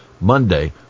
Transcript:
Monday